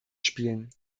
spielen